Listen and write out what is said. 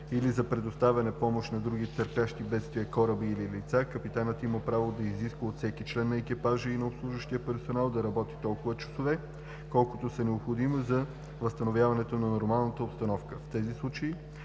или за предоставяне помощ на други търпящи бедствие кораби или лица, капитанът има право да изиска от всеки член на екипажа и на обслужващия персонал да работи толкова часове, колкото са необходими за възстановяването на нормалната обстановка. В тези случаи